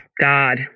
God